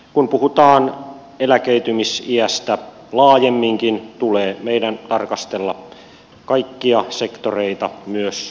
kun puhutaan eläköitymisiästä laajemminkin tulee meidän tarkastella kaikkia sektoreita myös maataloutta